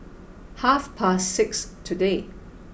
half past six today